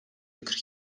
kırk